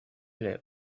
les